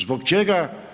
Zbog čega?